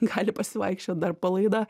gali pasivaikščiot dar palaida